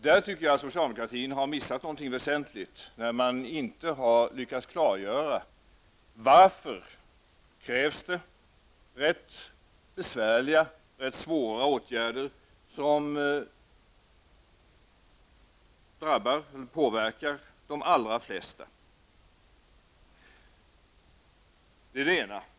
Där tycker jag att socialdemokratin har missat någonting väsentligt, när man inte har lyckats klargöra varför det krävs rätt besvärliga åtgärder som påverkar de allra flesta. Det är det ena.